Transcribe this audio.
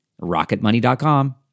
rocketmoney.com